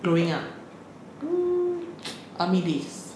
growing up army days